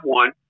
one